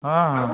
ହଁ ହଁ